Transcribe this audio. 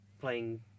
playing